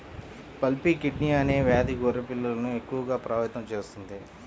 pulpy kidney అనే వ్యాధి గొర్రె పిల్లలను ఎక్కువగా ప్రభావితం చేస్తుంది